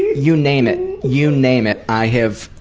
you name it. you name it. i have.